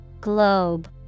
Globe